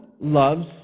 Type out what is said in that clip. loves